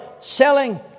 selling